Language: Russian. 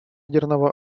ядерного